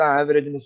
average